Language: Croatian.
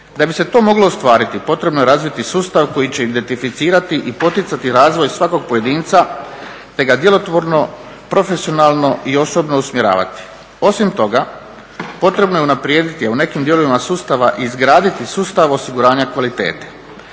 Da bi se to moglo ostvariti potrebno je razviti sustav koji će identificirati i poticati razvoj svakog pojedinca te ga djelotvorno, profesionalno i osobno usmjeravati. Osim toga potrebno je unaprijediti, a u nekim dijelovima sustava izgraditi sustav osiguranja kvalitete